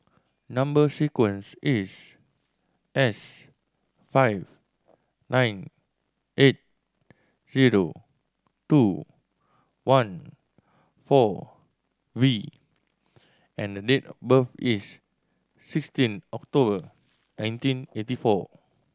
number sequence is S five nine eight zero two one four V and the date of birth is sixteen October nineteen eighty four